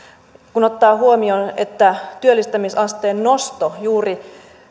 kun ottaa huomioon että työllistämisasteen nosto juuri